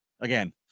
again